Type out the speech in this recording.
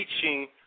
teaching